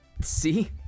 See